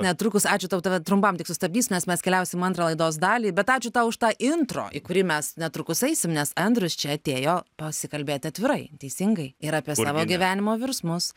netrukus ačiū tau tave trumpam tik sustabdys nes mes keliausim antrą laidos dalį bet ačiū tau už tą intro į kurį mes netrukus eisim nes andrius čia atėjo pasikalbėti atvirai teisingai ir apie savo gyvenimo virsmus